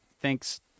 Thanks